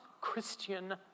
Christian